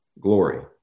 glory